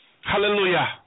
Hallelujah